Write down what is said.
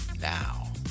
now